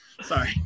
sorry